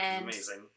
Amazing